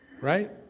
right